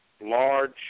large